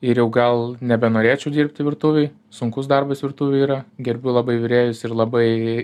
ir jau gal nebenorėčiau dirbti virtuvėj sunkus darbas virtuvėj yra gerbiu labai virėjus ir labai